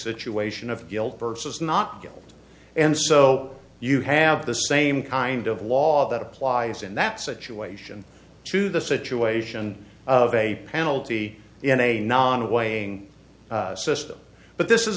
situation of guilt versus not guilt and so you have the same kind of law that applies in that situation to the situation of a penalty in a non weighing system but this is